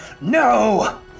no